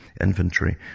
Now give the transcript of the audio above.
Inventory